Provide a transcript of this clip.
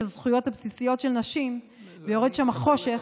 הזכויות הבסיסיות של נשים ויורד שם חושך,